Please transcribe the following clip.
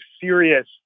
serious